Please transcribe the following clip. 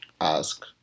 ask